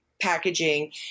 packaging